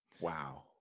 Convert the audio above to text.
Wow